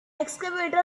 excavator